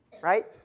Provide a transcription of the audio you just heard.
right